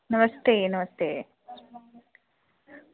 नमस्ते नमस्ते